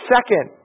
Second